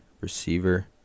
receiver